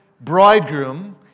bridegroom